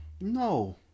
no